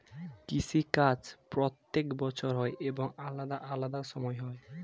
কৃষি কাজ প্রত্যেক বছর হয় এবং আলাদা আলাদা সময় হয়